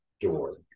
door